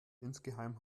insgeheim